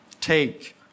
Take